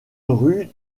rue